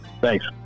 thanks